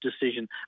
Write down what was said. decision